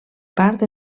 part